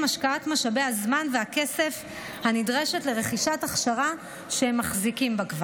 השקעת משאבי הזמן והכסף הנדרשים לרכישת הכשרה שהם כבר מחזיקים בה.